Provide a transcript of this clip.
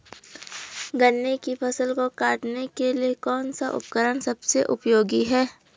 गन्ने की फसल को काटने के लिए कौन सा उपकरण सबसे उपयोगी है?